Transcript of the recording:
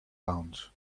pounds